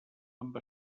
amb